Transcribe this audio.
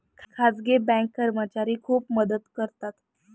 खाजगी बँक कर्मचारी खूप मदत करतात